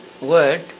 word